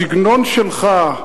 הסגנון שלך,